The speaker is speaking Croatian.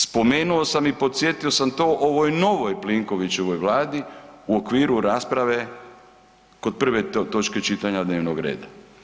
Spomenuo sam i podsjetio sam to ovoj novoj Plenkovićevoj Vladi u okviru rasprave kod prve točke čitanja dnevnog reda.